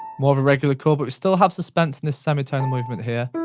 more of a regular chord, but we still have suspense in this semitone movement here.